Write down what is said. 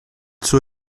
suo